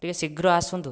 ଟିକେ ଶୀଘ୍ର ଆସନ୍ତୁ